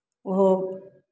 ओहो